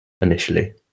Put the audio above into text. initially